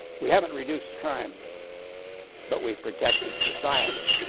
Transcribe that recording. we haven't reduced crime but we've protected society,